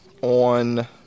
on